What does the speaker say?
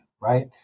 right